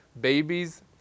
babies